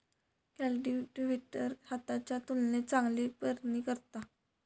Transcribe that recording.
cultivator हाताच्या तुलनेत चांगली पेरणी करता